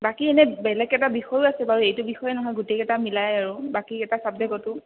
বাকী এনে বেলেগ এটা বিষয়ো আছে বাৰু এইটো বিষয়ে নহয় গোটেইকেইটাটা মিলাই আৰু বাকীকেইটা ছাবজেক্টতো